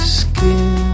skin